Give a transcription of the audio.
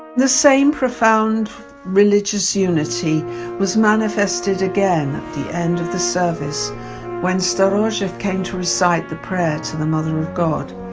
the same profound religious unity was manifested again at the end of the service when storozhev came to recite the prayer to the mother of god.